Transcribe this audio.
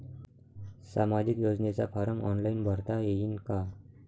सामाजिक योजनेचा form online भरता येईन का?